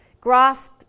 Grasp